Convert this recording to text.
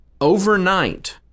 overnight